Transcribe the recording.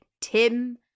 Tim